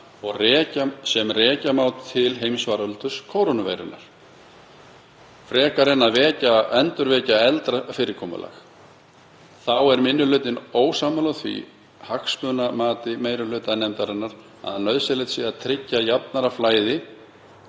sem rekja má til heimsfaraldurs kórónuveirunnar frekar en að endurvekja eldra fyrirkomulag. Þá er minni hlutinn ósammála því hagsmunamati meiri hluta nefndarinnar að nauðsynlegt sé að tryggja jafnara flæði